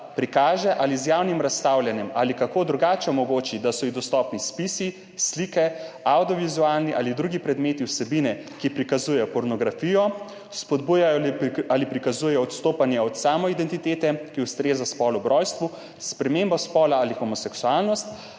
prikaže ali z javnim razstavljanjem ali kako drugače omogoči, da so ji dostopni spisi, slike, avdiovizualni ali drugi predmeti vsebine, ki prikazujejo pornografijo, spodbujajo ali prikazuje odstopanje od samoidentitete, ki ustreza spolu ob rojstvu, spremembo spola ali homoseksualnost